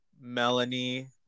Melanie